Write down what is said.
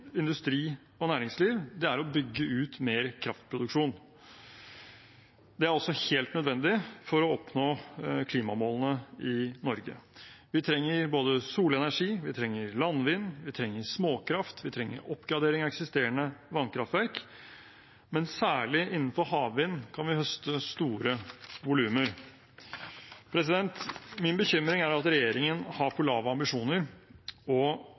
industri og næringsliv, er å bygge ut mer kraftproduksjon. Det er også helt nødvendig for å oppnå klimamålene i Norge. Vi trenger både solenergi, landvind, småkraft, og vi trenger oppgradering av eksisterende vannkraftverk, men særlig innenfor havvind kan vi høste store volumer. Min bekymring er at regjeringen har for lave ambisjoner og tar seg for god tid, slik at vi risikerer å gå glipp av både ny kraft og